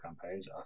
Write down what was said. campaigns